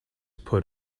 put